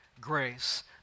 grace